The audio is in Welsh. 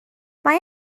mae